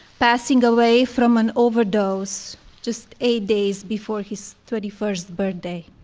passing away from an overdose just eight days before his twenty first birthday.